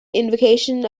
invocation